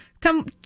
come